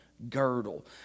Girdle